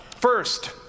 First